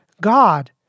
God